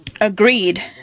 agreed